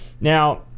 now